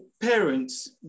parents